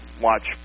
watch